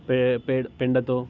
pay పే పేడ పెండతో